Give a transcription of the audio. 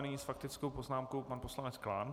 Nyní s faktickou poznámkou pan poslanec Klán.